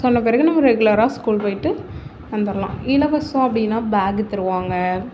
சொன்ன பிறகு நம்ம ரெகுலராக ஸ்கூல் போயிட்டு வந்தர்லாம் இலவசம் அப்படினா பேகு தருவாங்க